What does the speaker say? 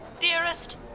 Dearest